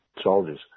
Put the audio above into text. soldiers